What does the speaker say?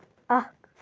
اَکھ